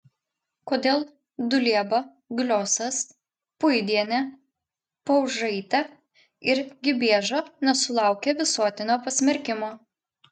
kodėl dulieba gliosas puidienė paužaitė ir gibieža nesulaukė visuotinio pasmerkimo